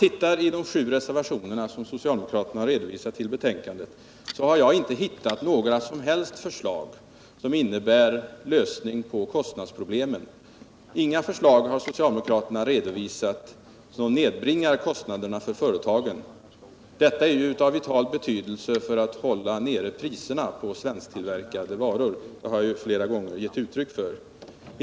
I de sju reservationer som socialdemokraterna har redovisat till betänkandet har jag inte hittat några som helst förslag som innebär att man nedbringar kostnaderna för företagen. Men detta är av vital betydelse för att hålla nere priserna på svensktillverkade varor, det har jag flera gånger givit uttryck för.